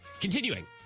Continuing